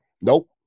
Nope